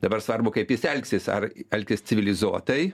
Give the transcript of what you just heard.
dabar svarbu kaip jis elgsis ar elgsis civilizuotai